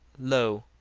lo,